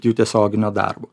jų tiesioginio darbo